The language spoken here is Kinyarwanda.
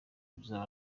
bizaba